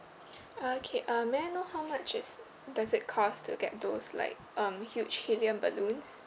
uh okay uh may I know how much is does it cost to get those like um huge helium balloons